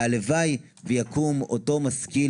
הלוואי שיקום אותו משכיל,